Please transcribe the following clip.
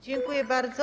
Dziękuję bardzo.